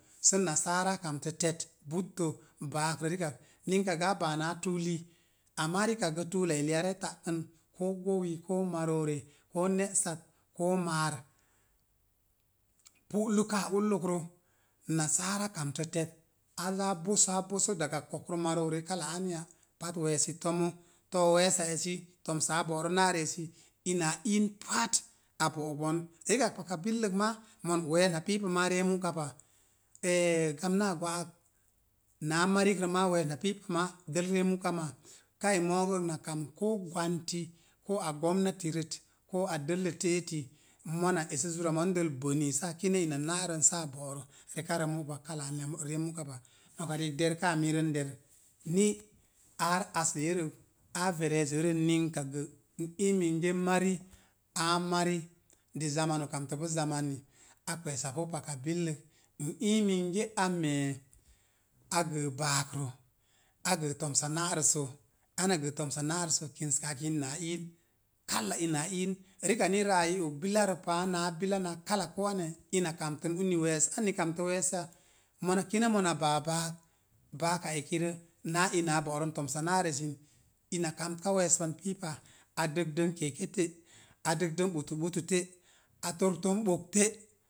Sə nasaara kamtə tet butto rikak, ninka gə á báá nà tuuli ama rikak gə tuu eli a ree ta'kən ko gowi koo marore koo ne'sat. Koo ma̱a̱r. Pu'lu kaa ullukro nasaara kamtə tet, a záá á boso a boso daga ko̱k rə marore kala anya pat, we̱e̱si to̱mo, to we̱e̱sa essi, to̱msa a bo'ro na'ra esi ina a iin pat, a bo'ok bon rikak ma paka billəkma we̱e̱s na piipa ree mu'ka pa gamnáá gwa'ak na marirə ma we̱e̱s na piipa ma dəl ree mu'ka pa. Kai moogo na kam koo gwanti. Ko gomnatirət koo a dəllə te'etti, mona esə zura mondo bone sə a kine ina na'rə-n sə a bo'ro re múpa kala anya ree muka pa. Noka riik derkaa miirə n derak ni áár assee rə, áá verezoirə ninka gə, n ii minge mari àá mari, dé zamanu kamtəpu zamanu a kwe̱e̱sapu paka billək, n ii minge á me̱e̱ á gəə báákrə a gəə to̱msa na'rəssə, ana gəə to̱msa na'rəssə kinskáá kin ina á iin. Kala ina a iin, riak ni ra'á i og bilarə paa na billa na kala ko̱o̱ anaya ina kamtən uni we̱e̱s. anni kamtə we̱e̱sya? Muna kine̱ mona baa báák, baaka ekirə na ina a bo'ro na to̱msa na'rəssə. Ina kamtəka we̱e̱s oan piipa, a dəg dən keeke te, a dəg dən ɓutu ɓutu te a torkton ɓok te.